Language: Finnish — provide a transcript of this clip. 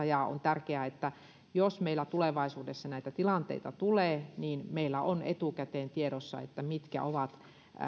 ja on tärkeää että jos meillä tulevaisuudessa näitä tilanteita tulee niin meillä on etukäteen tiedossa mitkä ovat